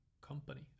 company